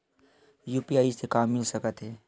UPI से का मिल सकत हे?